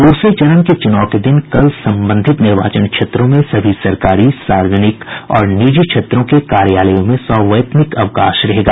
द्रसरे चरण के चूनाव के दिन कल संबंधित निर्वाचन क्षेत्रों में सभी सरकारी सार्वजनिक और निजी क्षेत्रों के कार्यालयों में सवैतनिक अवकाश रहेगा